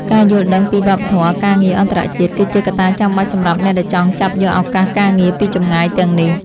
ការយល់ដឹងពីវប្បធម៌ការងារអន្តរជាតិ គឺជាកត្តាចាំបាច់សម្រាប់អ្នកដែលចង់ចាប់យកឱកាសការងារពីចម្ងាយទាំងនេះ។